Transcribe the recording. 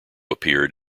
appeared